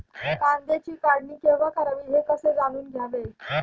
कांद्याची काढणी केव्हा करावी हे कसे जाणून घ्यावे?